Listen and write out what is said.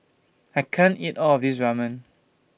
I can't eat All of This Ramen